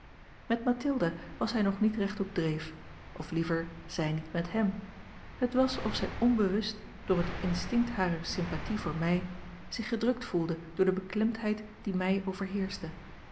met mathilda was hij nog niet recht op dreef of liever zij niet met hem het was of zij onbewust door het instinct harer sympathie voor mij zich gedrukt voelde door de beklemdheid die mij overheerschte